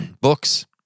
Books